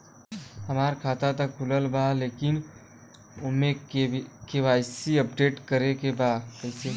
हमार खाता ता खुलल बा लेकिन ओमे के.वाइ.सी अपडेट करे के बा कइसे होई?